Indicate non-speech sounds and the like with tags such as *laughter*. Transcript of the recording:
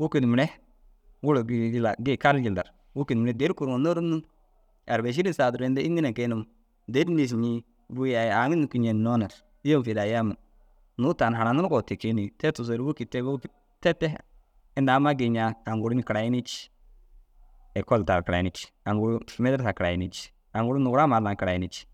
Wôkid mire *unintelligible* jillar gii kal jillar, wôkid mire dêri kuruuŋo nôrunduŋ. Arba êširin sa duro inda înni na geenum dêri nîsiñii ̧̧buwii yayii aŋ nûki ñennoo na yôom fîl ayaam nuu tani haranirigoo ti kee nii. Te tigisoore wôkid te wôkid tede inda amma gii ñaa aŋ guru na karayinii cii. Ekol tar karayinii cii, aŋ guru mêderesa karayinii cii, aŋ guru nugurama Alla ŋa karayinii cii.